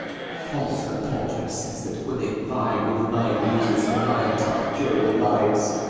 false report, which says that women vie with the nine muses, for nine tough durable lives!